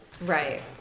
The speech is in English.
right